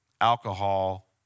alcohol